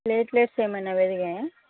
platelets ఏమైనా పెరిగాయా